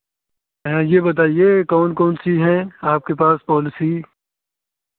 हाँ ये बताइए कौन कौन सी है आपके पास पॉलिसी